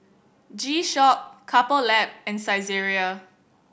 G Shock Couple Lab and Saizeriya